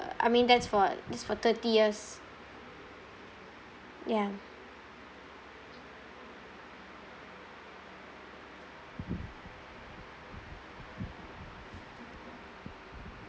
I mean that's for that's for thirty years ya